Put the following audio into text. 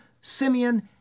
Simeon